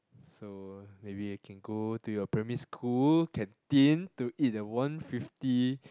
so maybe we can go to your primary school canteen to eat that one fifty